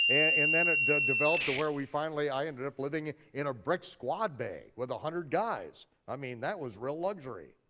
and then it developed to where we finally, i ended up living in a brick squad bay with a hundred guys, i mean that was real luxury.